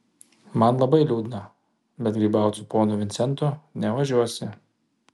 man labai liūdna bet grybaut su ponu vincentu nevažiuosi